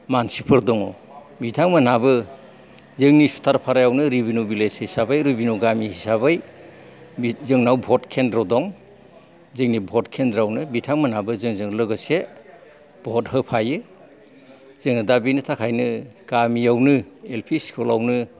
मानसिफोर दङ बिथांमोनाबो जोंनि सुथारफारायावनो रिबेनिउ बिलेज हिसाबै रिबेनिउ गामि हिसाबै जोंनाव भट केन्द्र दं जोंनि भट केन्द्रयावनो बिथांमोना बो जोंजों लोगोसे भट होफायो जों दा बेनि थाखायनो गामियावनो एल पि स्कुलाव नो